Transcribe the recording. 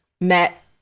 met